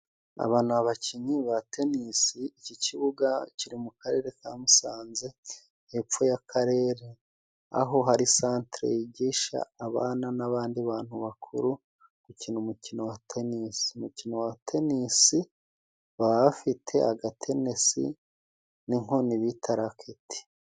Aba ni abakinnyi ba tenesi, iki kibuga kiri mu karere ka Musanze hepfo y'akarere. Aho hari santere yigisha abana n'abandi bantu bakuru, gukina umukino wa tenisi, umukino wa tenisi baba bafite aga tenesi n'inkoni bita raketi.